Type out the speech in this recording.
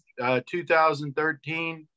2013